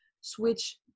switch